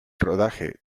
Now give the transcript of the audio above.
rodaje